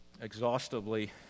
exhaustively